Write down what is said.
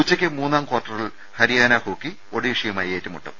ഉച്ചയ്ക്ക് മൂന്നാം കാർട്ടറിൽ ഹരിയാന ഹോക്കി ഒഡീഷയുമായി ഏറ്റുമുട്ടും